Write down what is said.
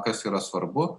kas yra svarbu